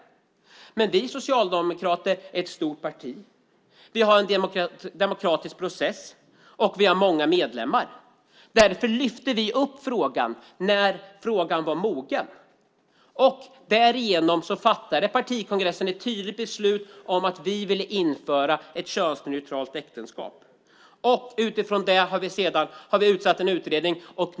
Men Socialdemokraterna är ett stort parti. Vi har en demokratisk process, och vi har många medlemmar. Därför lyfte vi fram frågan när den var mogen. Därigenom fattade partikongressen ett tydligt beslut om att vi ville införa könsneutrala äktenskap. Utifrån det har vi tillsatt en utredning.